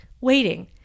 waiting